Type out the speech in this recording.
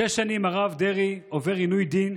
שש שנים הרב דרעי עובר עינוי דין,